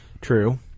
True